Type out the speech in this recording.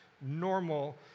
normal